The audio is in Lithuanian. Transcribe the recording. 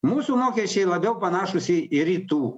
mūsų mokesčiai labiau panašūs į į rytų